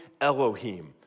Elohim